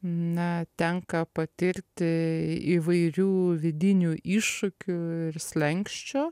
na tenka patirti įvairių vidinių iššūkių ir slenksčių